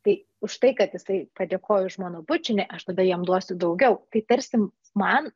tai už tai kad jisai padėkojo už mano bučinį aš tada jam duosiu daugiau kai tarsi man